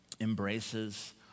embraces